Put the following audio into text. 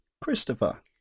Christopher